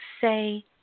say